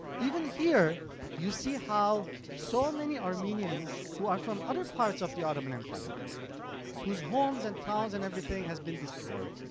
even here you see how so many armenians who are from other parts of the ottoman empire whose homes and towns and everything have been destroyed,